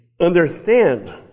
understand